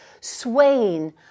swaying